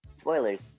spoilers